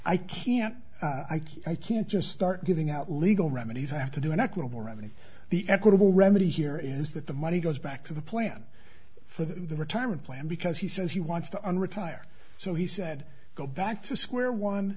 i can't i can't i can't just start giving out legal remedies i have to do an equitable revenue the equitable remedy here is that the money goes back to the plan for the retirement plan because he says he wants to unretire so he said go back to square one